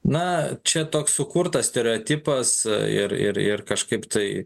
na čia toks sukurtas stereotipas ir ir ir kažkaip tai